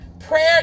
prayer